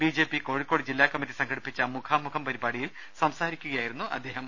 BJP Kozhikode ജില്ലാ committee സംഘടിപ്പിച്ച മുഖാമുഖം പരിപാടിയിൽ സംസാരിക്കുകയായിരുന്നു അദ്ദേഹം